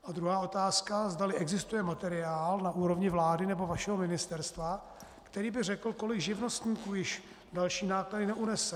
A druhá otázka, zdali existuje materiál na úrovni vlády nebo vašeho ministerstva, který by řekl, kolik živnostníků již další náklady neunese.